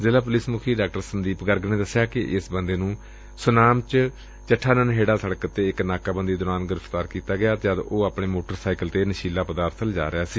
ਜ਼ਿਲੁਾ ਪੁਲਿਸ ਮੁਖੀ ਡਾ ਸੰਦੀਪ ਗਰਗ ਨੇ ਦਸਿਆ ਕਿ ਏਸ ਬੰਦੇ ਨੂੰ ਸੁਨਾਮ ਚ ਚੱਠਾ ਨਹੇੜਾ ਸੜਕ ਤੇ ਇਕ ਨਾਕਾਬੰਦੀ ਤੇ ਗ੍ਰਿਫ਼ਤਾਰ ਕੀਤਾ ਗਿਆ ਜਦ ਉਹ ਆਪਣੇ ਮੋਟਰ ਸਾਈਕਲ ਤੇ ਇਹ ਨਸ਼ੀਲਾ ਪਦਾਰਬ ਲਿਜਾ ਰਿਹਾ ਸੀ